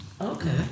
Okay